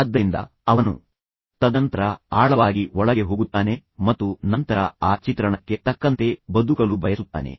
ಆದ್ದರಿಂದ ಅವನು ತದನಂತರ ಆಳವಾಗಿ ಒಳಗೆ ಹೋಗುತ್ತಾನೆ ಮತ್ತು ನಂತರ ಆ ಚಿತ್ರಣಕ್ಕೆ ತಕ್ಕಂತೆ ಬದುಕಲು ಬಯಸುತ್ತಾನೆ